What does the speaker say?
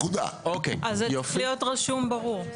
אז זה צריך להיות רשום ברור.